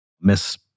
miss